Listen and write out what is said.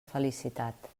felicitat